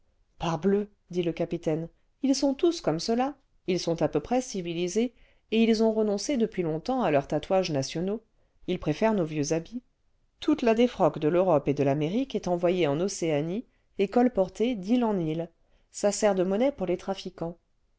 parbleu dit le capitaine ils sont tous comme cela ils sont à peu près civilisés et ils ont renoncé depuis longtemps à leurs tatouages nationaux ils préfèrent nos vieux habits toute la défroque de l'europe et de l'amérique est envoyée en océanie et colportée d'île en île ça sert de monnaie pour les trafiquants